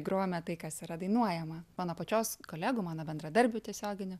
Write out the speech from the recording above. grojome tai kas yra dainuojama mano pačios kolegų mano bendradarbių tiesioginių